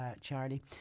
Charlie